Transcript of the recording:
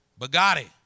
Bugatti